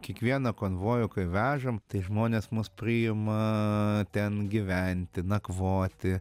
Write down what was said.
kiekvieną konvojų vežam tai žmonės mus priima ten gyventi nakvoti